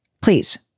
Please